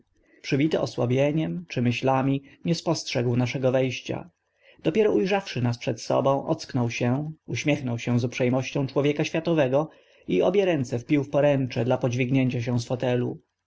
przybity osłabieniem czy myślami nie spostrzegł naszego we ścia dopiero u rzawszy nas przed sobą ocknął się uśmiechnął z uprze mością człowieka światowego i obie ręce wpił w poręcze dla podźwignienia się z fotelu